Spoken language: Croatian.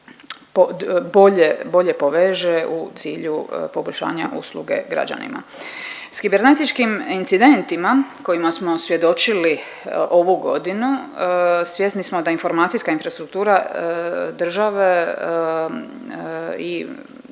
bolje poveže u cilju poboljšanja usluge građanima. S kibernetičkim incidentima kojima smo svjedočili ovu godinu svjesni smo da informacijska infrastruktura države i